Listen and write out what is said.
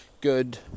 good